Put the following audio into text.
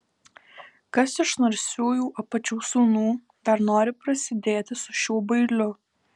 kas iš narsiųjų apačių sūnų dar nori prasidėti su šiuo bailiu